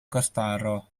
gwrthdaro